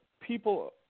people